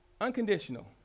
Unconditional